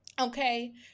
okay